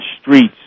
streets